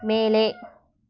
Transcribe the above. மேலே